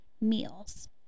meals